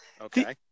Okay